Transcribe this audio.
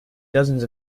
dozens